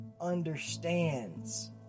understands